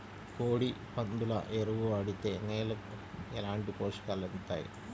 కోడి, పందుల ఎరువు వాడితే నేలకు ఎలాంటి పోషకాలు అందుతాయి